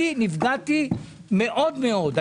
אני נפגעתי מאוד מאוד.